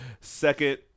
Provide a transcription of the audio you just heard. Second